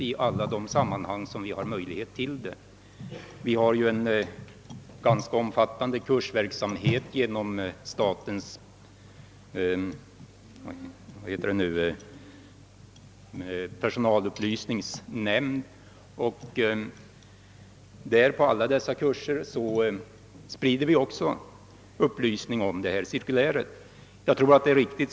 Statens personalutbildningsnämnd bedriver en ganska omfattande kursverksamhet, och på alla kurser upplyser vi även om cirkuläret och dess innehåll.